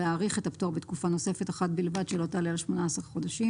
להאריך את הפטור בתקופה נוספת אחת בלבד שלא תעלה על 18 חודשים.